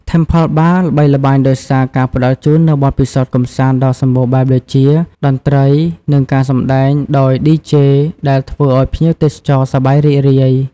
Temple Bar ល្បីល្បាញដោយសារការផ្ដល់ជូននូវបទពិសោធន៍កម្សាន្តដ៏សម្បូរបែបដូចជា តន្ត្រី និងការសម្តែងដោយឌីជេ ដែលធ្វើឲ្យភ្ញៀវទេសចរសប្បាយរីករាយ។